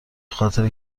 خاطر